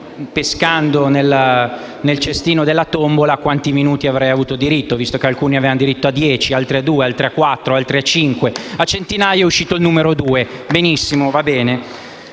pescando nel cestino della tombola, a quanti minuti avrei avuto diritto, visto che alcuni hanno avuto diritto a dieci minuti, altri a due, altri a quattro, altri a cinque; a Centinaio è uscito il numero due, quindi va